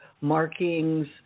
markings